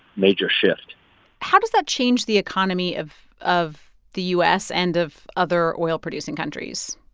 major shift how does that change the economy of of the u s. and of other oil-producing countries?